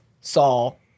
Saul